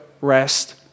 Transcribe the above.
rest